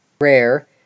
rare